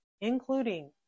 including